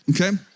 Okay